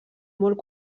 molt